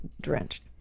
drenched